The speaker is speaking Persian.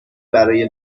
برای